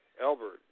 Albert